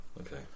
Okay